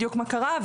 מה קרה בדיוק,